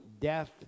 death